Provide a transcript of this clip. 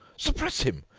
suppress him!